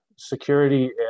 security